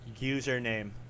username